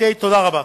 תודה רבה.